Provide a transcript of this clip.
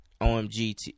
OMG